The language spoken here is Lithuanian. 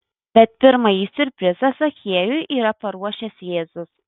bet pirmąjį siurprizą zachiejui yra paruošęs jėzus